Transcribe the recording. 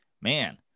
man